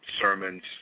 sermons